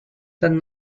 than